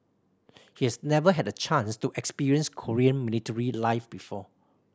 he has never had the chance to experience Korean military life before